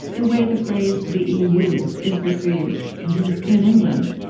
the way the phrase the e u. is received in england,